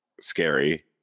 scary